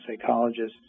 psychologists